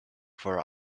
for